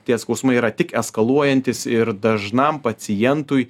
tie skausmai yra tik eskaluojantys ir dažnam pacientui